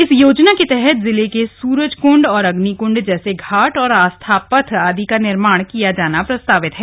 इस योजना के तहत जिले के सूरज कुण्ड अग्नि कुण्ड जैसे घाट और आस्था पथ आदि का निर्माण किया जाना प्रस्तावित हैं